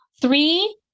three